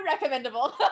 recommendable